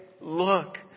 look